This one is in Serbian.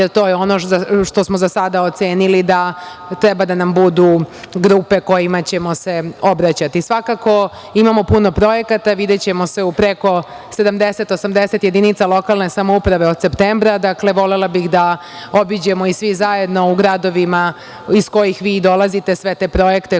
jer to je ono što smo za sada ocenili da treba da nam budu grupe kojima ćemo se obraćati. Svakako, imamo puno projekata. Videćemo se u preko 70, 80 jedinica lokalne samouprave od septembra. Dakle, volela bih da obiđemo i svi zajedno u gradovima iz kojih vi dolazite sve te projekte koje radi